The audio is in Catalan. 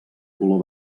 color